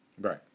Right